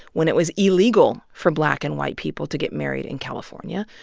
when it was illegal for black and white people to get married in california.